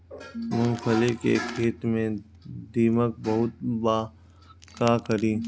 मूंगफली के खेत में दीमक बहुत बा का करी?